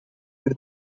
you